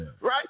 Right